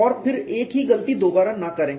और फिर एक ही गलती दोबारा न करें